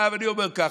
אני אומר ככה: